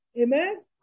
Amen